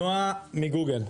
נועה מגוגל.